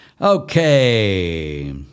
Okay